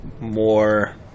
more